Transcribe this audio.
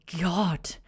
God